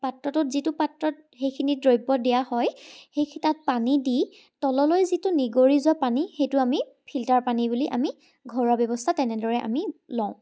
পাত্ৰটোত যিটো পাত্ৰত সেইখিনি দ্ৰব্য দিয়া হয় সেই তাত পানী দি তললৈ যিটো নিগৰি যোৱা পানী সেইটো আমি ফিল্টাৰ পানী বুলি আমি ঘৰুৱা ব্যৱস্থা তেনেদৰে আমি লওঁ